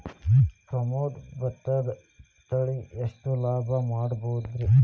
ಪ್ರಮೋದ ಭತ್ತದ ತಳಿ ಎಷ್ಟ ಲಾಭಾ ಮಾಡಬಹುದ್ರಿ?